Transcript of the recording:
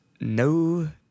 No